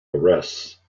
arrests